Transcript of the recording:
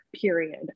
period